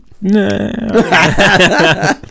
No